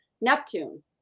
Neptune